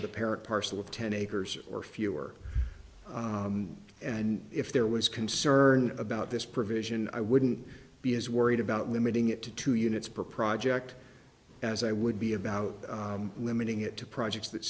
with a parent parcel of ten acres or fewer and if there was concern about this provision i wouldn't be as worried about limiting it to two units per project as i would be about limiting it to projects that